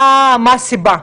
מה הסיבה?